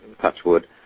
Touchwood